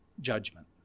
judgment